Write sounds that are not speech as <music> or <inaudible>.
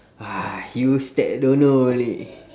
<noise> you step don't know only